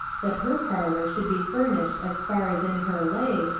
that her parlour should be furnished as far as in her lay,